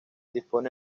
dispone